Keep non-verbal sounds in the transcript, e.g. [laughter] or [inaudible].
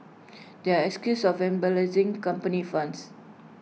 they are accused of [unintelligible] company funds